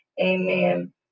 amen